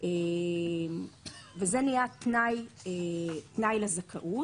וזה נהיה תנאי לזכאות.